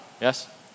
Yes